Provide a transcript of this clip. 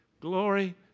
glory